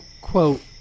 quote